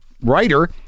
writer